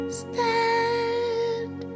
stand